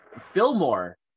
Fillmore